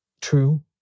True